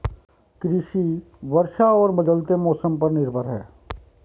कृषि वर्षा और बदलते मौसम पर निर्भर है